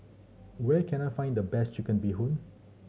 where can I find the best Chicken Bee Hoon